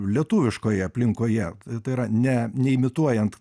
lietuviškoje aplinkoje tai yra ne neimituojant